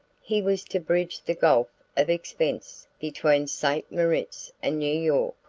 he was to bridge the gulf of expense between st. moritz and new york.